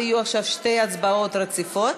ויהיו עכשיו שתי הצבעות רציפות.